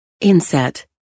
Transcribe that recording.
Inset